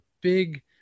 big